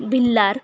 Bhilar